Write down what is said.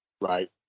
Right